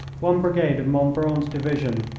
one brigade of montbrun's division.